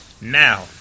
Now